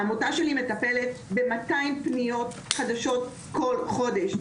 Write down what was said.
העמותה שלי מטפלת ב-200 פניות חדשות כל חודש,